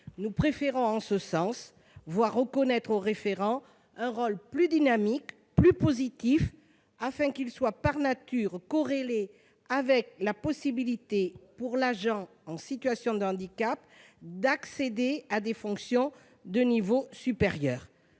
Nous préférons, en ce sens, voir reconnaître au référent un rôle plus dynamique et plus positif, corrélé, par nature, à la possibilité pour l'agent en situation de handicap d'accéder à des fonctions de niveau supérieur.